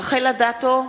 רחל אדטו,